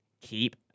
keep